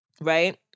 right